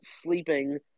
sleeping